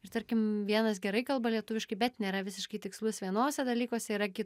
ir tarkim vienas gerai kalba lietuviškai bet nėra visiškai tikslus vienuose dalykuose yra ki